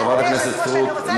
חברת הכנסת סטרוק,